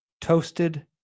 toasted